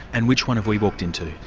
and which one have we walked into?